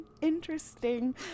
interesting